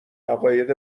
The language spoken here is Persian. عقاید